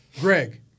Greg